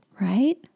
right